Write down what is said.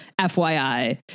FYI